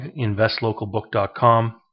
investlocalbook.com